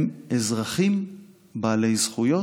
הם אזרחים בעלי זכויות,